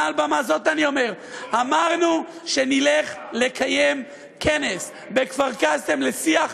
מעל במה זאת אני אומר: אמרנו שנלך לקיים כנס בכפר-קאסם לשיח.